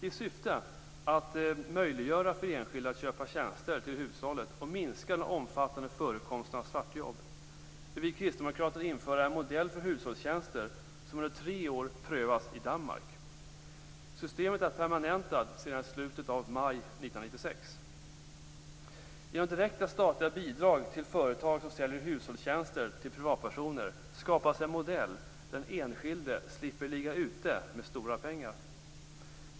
I syfte att möjliggöra för enskilda att köpa tjänster till hushållet och minska den omfattande förekomsten av svartjobb vill vi kristdemokrater införa en modell för hushållstjänster som under tre år prövats i Danmark. Systemet är permanentat sedan slutet av maj 1996. Genom direkta statliga bidrag till företag som säljer hushållstjänster till privatpersoner skapas en modell där den enskilde slipper ligga ute med stora pengar.